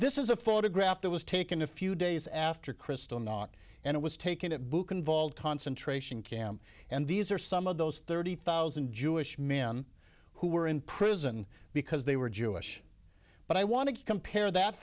this is a photograph that was taken a few days after kristallnacht and it was taken at book involved concentration camp and these are some of those thirty thousand jewish men who were in prison because they were jewish but i want to compare that